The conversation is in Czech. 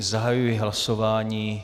Zahajuji hlasování.